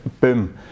boom